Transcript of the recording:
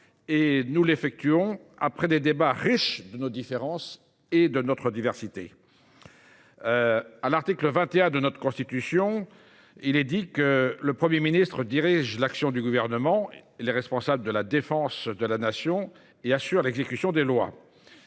Nous le faisons, après des débats riches de nos différences et de notre diversité. L’article 21 de notre Constitution débute ainsi :« Le Premier ministre dirige l’action du Gouvernement. Il est responsable de la Défense nationale. Il assure l’exécution des lois.